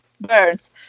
Birds